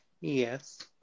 Yes